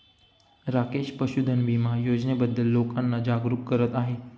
राकेश पशुधन विमा योजनेबद्दल लोकांना जागरूक करत आहे